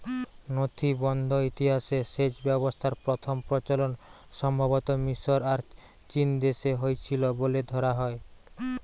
নথিবদ্ধ ইতিহাসে সেচ ব্যবস্থার প্রথম প্রচলন সম্ভবতঃ মিশর আর চীনদেশে হইছিল বলে ধরা হয়